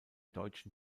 deutschen